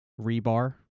rebar